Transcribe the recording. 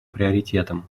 приоритетом